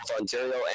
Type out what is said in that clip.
Ontario